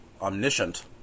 omniscient